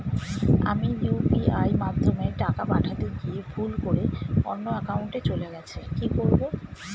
আমি ইউ.পি.আই মাধ্যমে টাকা পাঠাতে গিয়ে ভুল করে অন্য একাউন্টে চলে গেছে কি করব?